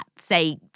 say